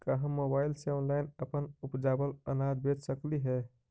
का हम मोबाईल से ऑनलाइन अपन उपजावल अनाज बेच सकली हे?